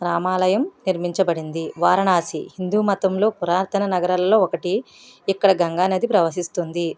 రామాలయం నిర్మించబడింది వారణాసి హిందుమతంలో పురాతన నగరంలో ఒకటి ఇక్కడ గంగా నది ప్రవహిస్తుంది